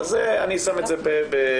אני שם את זה בצד.